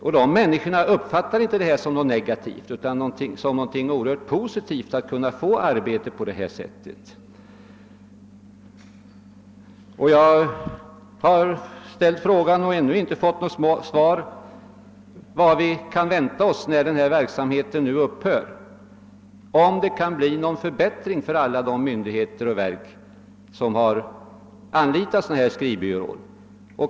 De berörda personerna uppfattar inte heller det som något negativt utan som något oerhört positivt att kunna få arbete på detta sätt. Jag har ställt frågan — men har ännu inte fått något svar — vad vi kan vänta oss när denna verksamhet nu upphör. Blir det någon förbättring för alla de myndigheter och verk, som hittills har anlitat dessa skrivbyråer?